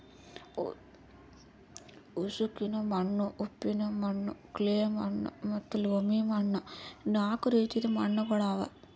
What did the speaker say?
ಉಸುಕಿನ ಮಣ್ಣ, ಉಪ್ಪಿನ ಮಣ್ಣ, ಕ್ಲೇ ಮಣ್ಣ ಮತ್ತ ಲೋಮಿ ಮಣ್ಣ ನಾಲ್ಕು ರೀತಿದು ಮಣ್ಣುಗೊಳ್ ಅವಾ